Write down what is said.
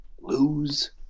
lose